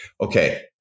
Okay